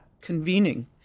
convening